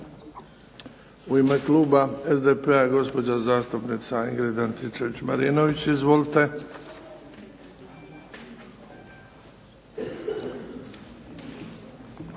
U ime kluba SDP-a gospođa zastupnica Ingrid Antičević Marinović. Izvolite.